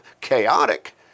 chaotic